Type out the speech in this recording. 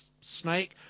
snake